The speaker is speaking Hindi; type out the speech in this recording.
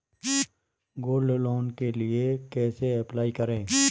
गोल्ड लोंन के लिए कैसे अप्लाई करें?